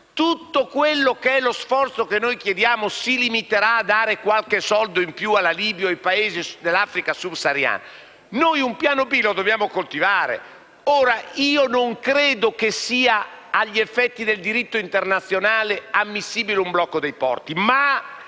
tutto quello che è lo sforzo che chiediamo si limiterà a qualche soldo in più da dare alla Libia o ai Paesi dell'Africa subsahariana un piano B lo dovremo coltivare. Non credo che, agli effetti del diritto internazionale, sia ammissibile un blocco dei porti, ma